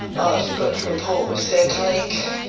i forgot to report with centrelink